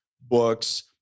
books